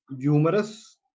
humorous